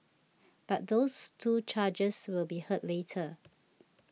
but those two charges will be heard later